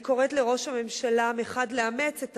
אני קוראת לראש הממשלה מחד לאמץ את